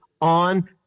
on